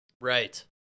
Right